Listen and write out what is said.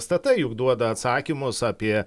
stt juk duoda atsakymus apie